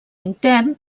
intern